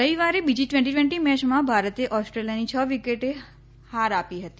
રવિવારે બીજી twenty twenty મેચમાં ભારતે ઓસ્ટ્રેલિયાને છ વિકેટે હાર આપી હતી